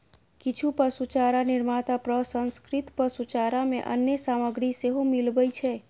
किछु पशुचारा निर्माता प्रसंस्कृत पशुचारा मे अन्य सामग्री सेहो मिलबै छै